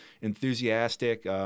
enthusiastic